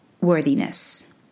worthiness